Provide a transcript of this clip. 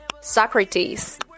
Socrates